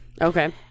Okay